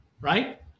right